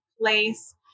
place